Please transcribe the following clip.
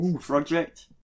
project